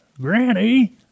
Granny